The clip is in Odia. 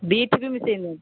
ଦୁଇ ଠିପି ମିଶେଇବେ